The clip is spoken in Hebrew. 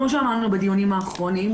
כמו שאמרנו בדיונים האחרונים,